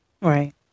Right